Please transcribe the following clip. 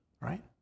right